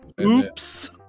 Oops